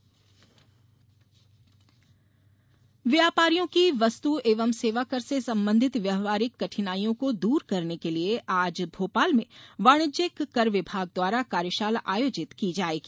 GST व्यापारियों की वस्तु एवं सेवा कर से संबंधित व्यावहारिक कठिनाइयों को दूर करने के लिये आज भोपाल में वाणिज्यिक कर विभाग द्वारा कार्यशाला आयोजित की जायेगी